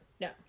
No